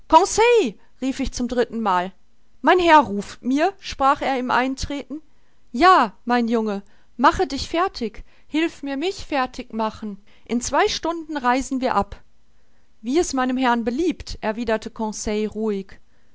rief ich zum dritten mal mein herr ruft mir sprach er im eintreten ja mein junge mache dich fertig hilf mir mich fertig machen in zwei stunden reisen wir ab wie es meinem herrn beliebt erwiderte conseil ruhig